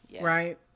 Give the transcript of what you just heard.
Right